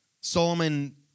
Solomon